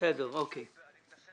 אז לא,